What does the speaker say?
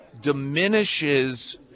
diminishes